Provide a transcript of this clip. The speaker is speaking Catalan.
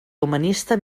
humanista